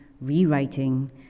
rewriting